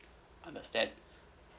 understand